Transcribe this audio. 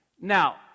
Now